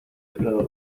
depredador